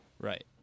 Right